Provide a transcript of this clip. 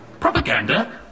Propaganda